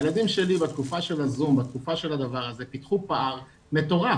הילדים שלי בתקופה של הזום בתקופה של הדבר הזה פיתחו פער מטורף,